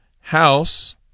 house